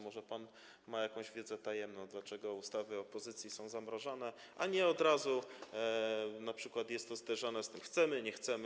Może pan ma jakąś wiedzę tajemną, dlaczego ustawy opozycji są zamrażane, a nie od razu np. jest to zderzane z tym: chcemy, nie chcemy.